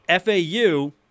FAU